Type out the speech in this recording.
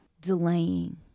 delaying